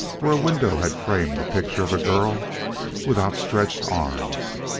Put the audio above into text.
where a window had framed the picture of a girl with outstretched arms.